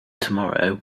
tomorrow